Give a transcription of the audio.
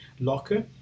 locker